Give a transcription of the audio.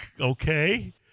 Okay